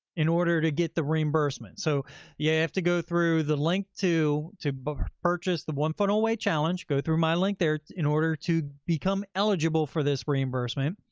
in order to get the reimbursement. so you yeah have to go through the link to to but purchase the one funnel away challenge, go through my link there in order to become eligible for this reimbursement.